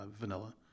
vanilla